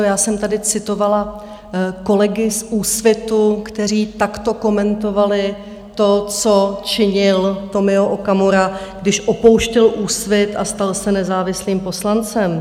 Já jsem tady citovala kolegy z Úsvitu, kteří takto komentovali to, co činil Tomio Okamura, když opouštěl Úsvit a stal se nezávislým poslancem.